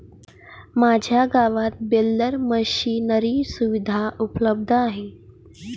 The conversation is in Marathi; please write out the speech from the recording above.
माझ्या गावात बेलर मशिनरी सुविधा उपलब्ध आहे